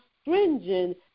stringent